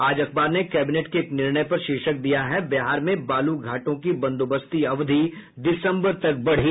आज अखबार ने कैबिनेट के एक निर्णय पर शीर्षक दिया है बिहार में बालू घाटों की बंदोबस्ती अवधि दिसम्बर तक बढ़ी